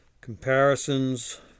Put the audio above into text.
Comparisons